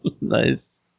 Nice